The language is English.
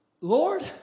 Lord